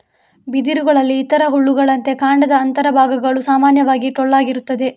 ಬಿದಿರುಗಳಲ್ಲಿ ಇತರ ಹುಲ್ಲುಗಳಂತೆ ಕಾಂಡದ ಅಂತರ ಭಾಗಗಳು ಸಾಮಾನ್ಯವಾಗಿ ಟೊಳ್ಳಾಗಿರುತ್ತದೆ